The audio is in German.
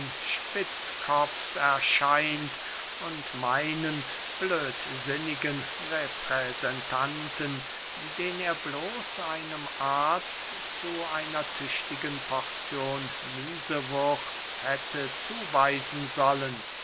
spitzkopfs erscheint und meinen blödsinnigen repräsentanten den er bloß einem arzt zu einer tüchtigen porzion niesewurz hätte zuweisen sollen